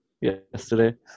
yesterday